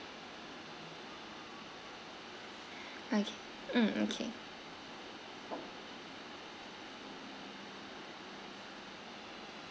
okay um okay